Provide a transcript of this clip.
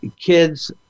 kids